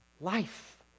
life